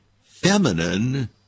feminine